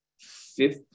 fifth